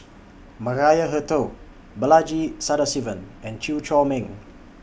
Maria Hertogh Balaji Sadasivan and Chew Chor Meng